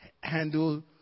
handle